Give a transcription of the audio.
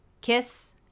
Kiss